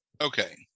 okay